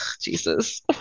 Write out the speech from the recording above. Jesus